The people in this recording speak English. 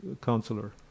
counselor